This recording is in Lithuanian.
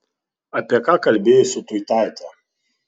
apie ką kalbėjai su tuitaite